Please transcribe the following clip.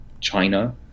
China